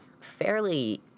fairly